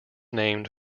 named